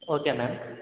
okay ma'am